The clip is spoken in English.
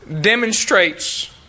demonstrates